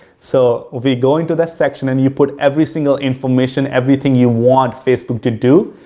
so, we go into this section and you put every single information, everything you want facebook to do.